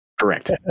Correct